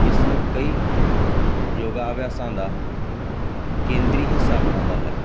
ਇਸ ਨੂੰ ਕਈ ਯੋਗਾ ਅਭਿਆਸਾਂ ਦਾ ਕੇਂਦਰੀ ਹਿੱਸਾ ਬਣਾਉਂਦਾ ਹੈ